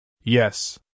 Yes